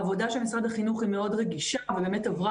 העבודה של משרד החינוך היא מאוד רגישה וישנה